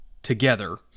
together